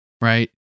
right